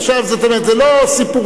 עכשיו, זאת אומרת, זה לא סיפורים.